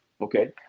Okay